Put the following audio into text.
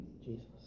Jesus